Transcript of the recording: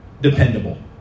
dependable